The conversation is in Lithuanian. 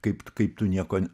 kaip kaip tu nieko